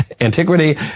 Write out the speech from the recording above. antiquity